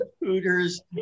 Hooters